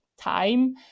Time